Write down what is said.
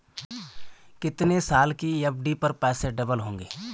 कितने साल की एफ.डी पर पैसे डबल होंगे?